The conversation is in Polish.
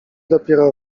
dopiero